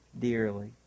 dearly